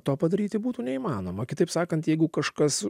to padaryti būtų neįmanoma kitaip sakant jeigu kažkas